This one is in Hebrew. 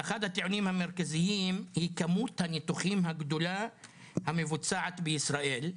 אחד הטיעונים המרכזיים הוא כמות הניתוחים הגדולה המבוצעים בישראל.